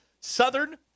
Southern